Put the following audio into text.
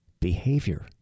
behavior